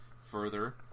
further